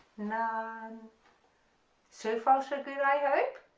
um so far so good i hope,